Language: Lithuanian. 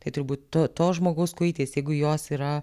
tai turbūt tu to žmogaus kuitiesi jeigu jos yra